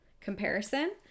Comparison